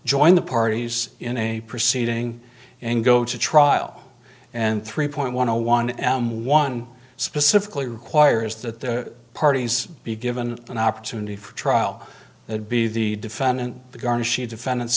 join the parties in a proceeding and go to trial and three point one zero one am one specifically requires that the parties be given an opportunity for trial it be the defendant the garnishee defendants